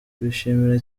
turishimira